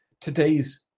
today's